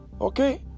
Okay